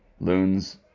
loons